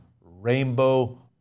rainbow